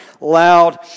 loud